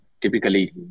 typically